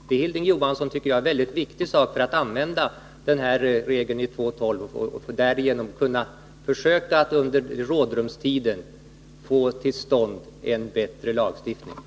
Önskemålet att under rådrumstiden få till stånd en bättre lagstiftning är, Hilding Johansson, en mycket viktig anledning att använda denna regel i regeringsformens 2 kap. 12 §.